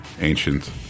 ancient